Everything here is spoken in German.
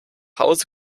hause